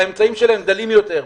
שהאמצעים שלהם דלים יותר,